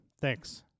Thanks